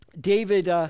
David